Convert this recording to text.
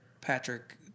Patrick